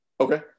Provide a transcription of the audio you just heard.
Okay